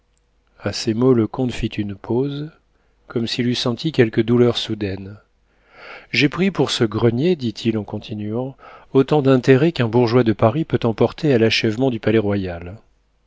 a ces mots le comte fit une pause comme s'il eût senti quelque douleur soudaine j'ai pris pour ce grenier dit-il en continuant autant d'intérêt qu'un bourgeois de paris peut en porter à l'achèvement du